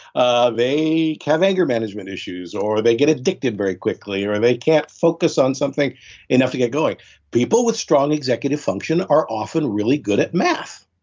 ah they can have anger management issues or they get addicted very quickly or and they can't focus on something enough to get going people with strong executive function are often really good at math.